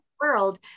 world